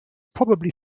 probably